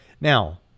Now